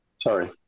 Sorry